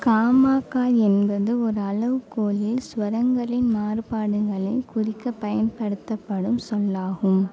காமாகா என்பது ஒரு அளவுகோலில் ஸ்வரங்களின் மாறுபாடுகளைக் குறிக்கப் பயன்படுத்தப்படும் சொல்லாகும்